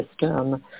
system